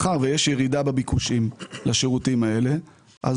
מאחר ויש ירידה בביקוש לשירותים האלה אז